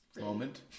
Moment